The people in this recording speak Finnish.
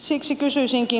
siksi kysyisinkin